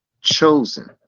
chosen